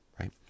right